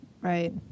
right